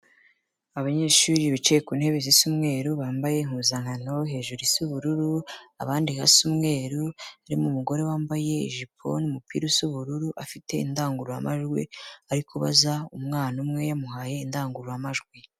Abanyeshuri bicaye ku ntebe zisa umweru, bambaye impuzankano hejuru isa ubururu, abandi hasi umweru, harimo umugore wambaye ijipo n'umupira usa ubururu afite indangurumejwi ari kubaza umwana umwe yamuhaye indangururamajwi.